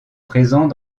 présents